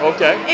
Okay